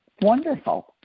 wonderful